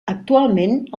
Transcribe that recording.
actualment